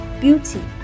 beauty